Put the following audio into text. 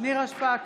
נירה שפק,